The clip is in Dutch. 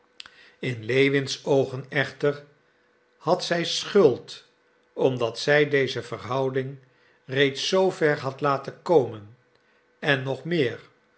in lewins oogen echter had zij schuld omdat zij deze verhouding reeds zoover had laten komen en nog meer